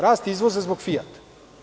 Rast izvoza zbog „Fijata“